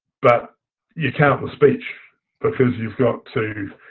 but you can't with speech because you've got to